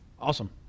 awesome